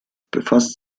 befasst